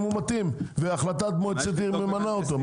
אם הוא מתאים והחלטת מועצת העיר ממנה אותו,